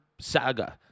saga